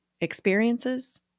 experiences